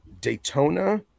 Daytona